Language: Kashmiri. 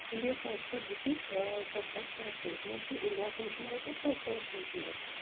اِنٛڈیا پاکِسان ہٮ۪کہِ کَتھ بات سِٹاٹ کٔرِتھ مٲنۍتو اِنڈیاہس منٛز چھُ میچ یا پاکِستانس منٛز چھُ میچ